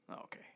Okay